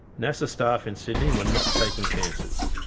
nasa staff in sydney were not taking chances.